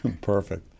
perfect